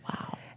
Wow